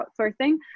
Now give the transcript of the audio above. outsourcing